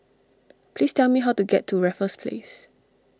please tell me how to get to Raffles Place